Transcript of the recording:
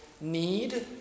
need